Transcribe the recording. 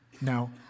Now